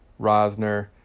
Rosner